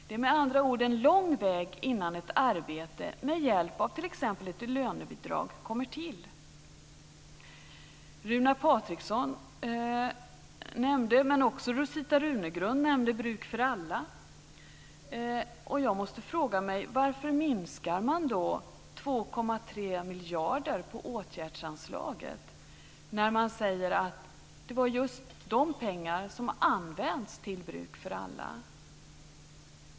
Det är med andra ord en lång väg innan ett arbete med hjälp av t.ex. ett lönebidrag kommer till. Runar Patriksson och även Rosita Runegrund nämnde Bruk för alla. Jag måste fråga mig varför man minskar 2,3 miljarder på åtgärdsanslaget när man säger att det var just de pengarna som använts till Bruk för alla.